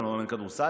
לא מאמן כדורסל,